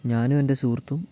ഞാനും എൻ്റെ സുഹൃത്തും